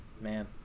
Man